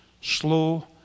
slow